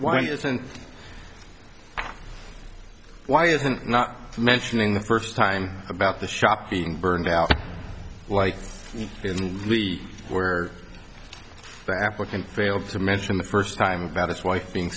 why isn't why isn't not mentioning the first time about the shop being burnt out in the week where the applicant failed to mention the first time about his wife being